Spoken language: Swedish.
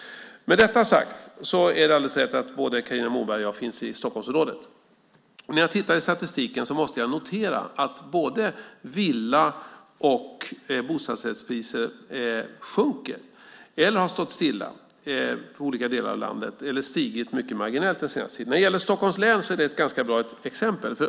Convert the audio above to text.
Med detta sagt är det alldeles rätt att både Carina Moberg och jag finns i Stockholmsområdet. Men när jag tittar i statistiken måste jag notera att både villa och bostadsrättspriser sjunker, har stått stilla eller har stigit mycket marginellt i olika delar av landet under den senaste tiden. Stockholms län är ett ganska bra exempel.